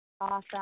Awesome